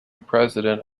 president